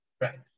Right